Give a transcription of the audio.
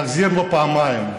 תחזיר לו פעמיים.